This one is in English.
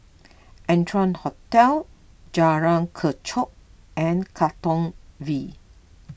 Arton Hotel Jalan Kechot and Katong V